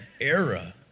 era